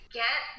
get